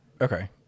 Okay